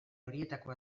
horietako